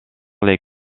les